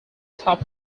top